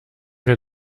wir